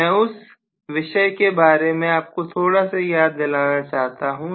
मैं उस विषय के बारे में आपको थोड़ा सा याद दिलाना चाहता हूं